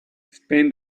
spent